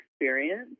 experience